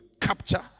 capture